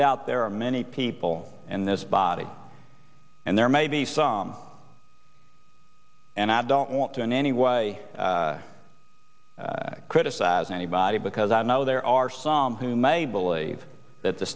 doubt there are many people in this body and there may be some and i don't want to in any way criticize anybody because i know there are some who may believe that the